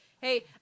Hey